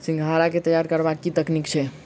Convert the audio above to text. सिंघाड़ा केँ तैयार करबाक की तकनीक छैक?